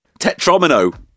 Tetromino